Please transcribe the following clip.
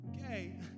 Okay